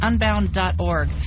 Unbound.org